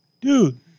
dude